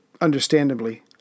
understandably